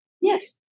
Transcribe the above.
Yes